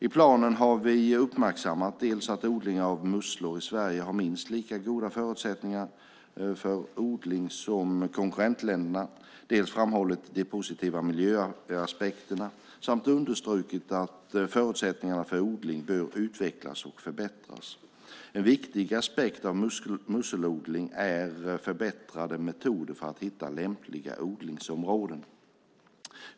I planen har vi uppmärksammat dels att odling av musslor i Sverige har minst lika goda förutsättningar för odling som konkurrentländerna, dels framhållit de positiva miljöaspekterna samt understrukit att förutsättningarna för odling bör utvecklas och förbättras. En viktig aspekt av musselodling är förbättrade metoder för att hitta lämpliga odlingsområden.